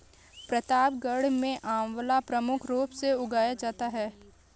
प्रतापगढ़ में आंवला प्रमुख रूप से उगाया जाता है